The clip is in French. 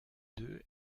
deux